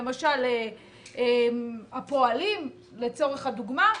למשל הפועלים לצורך הדוגמה,